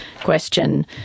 question